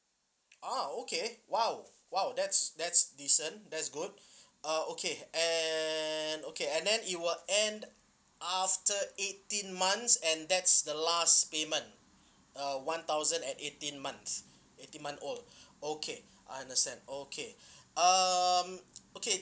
ah okay !wow! !wow! that's that's decent that's good uh okay and okay and then it will end after eighteen months and that's the last payment uh one thousand at eighteen months eighteen month old okay I understand okay um okay